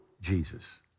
Jesus